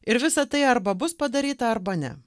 ir visa tai arba bus padaryta arba ne